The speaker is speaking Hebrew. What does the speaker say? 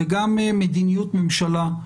וגם מדיניות ממשלה,